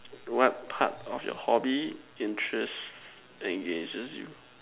what part of your hobby interest engages you